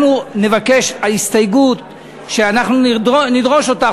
אנחנו נבקש ההסתייגות שאנחנו נדרוש להצביע עליה,